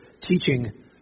teaching